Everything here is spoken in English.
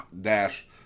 dash